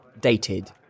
dated